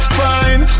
fine